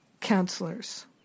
counselors